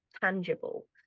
tangible